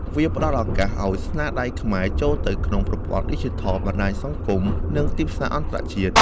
វាផ្ដល់ឱកាសឲ្យស្នាដៃខ្មែរ ចូលទៅក្នុងប្រព័ន្ធឌីជីថល បណ្ដាញសង្គម និងទីផ្សារអន្តរជាតិ